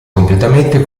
completamente